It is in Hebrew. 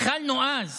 התחלנו אז,